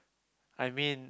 I mean